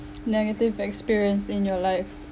negative experience in your life